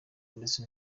ndetse